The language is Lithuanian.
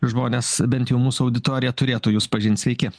žmonės bent jau mūsų auditorija turėtų jus pažint sveiki